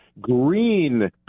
green